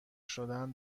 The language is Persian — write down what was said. شدن